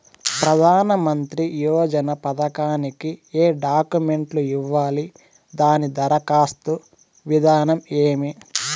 ప్రధానమంత్రి యోజన పథకానికి ఏ డాక్యుమెంట్లు ఇవ్వాలి దాని దరఖాస్తు విధానం ఏమి